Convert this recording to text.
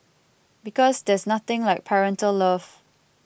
because there's nothing like parental love